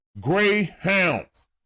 Greyhounds